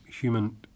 human